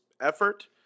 effort